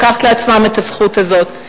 לקחת לעצמם את הזכות הזאת.